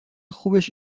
خوبش